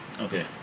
Okay